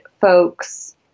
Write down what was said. folks